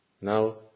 now